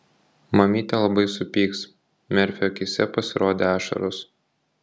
mamytė labai supyks merfio akyse pasirodė ašaros